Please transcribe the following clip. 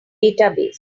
database